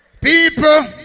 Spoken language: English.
People